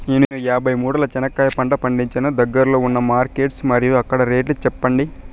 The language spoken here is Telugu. నేను యాభై మూటల చెనక్కాయ పంట పండించాను దగ్గర్లో ఉన్న మార్కెట్స్ మరియు అక్కడ రేట్లు చెప్పండి?